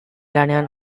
lanean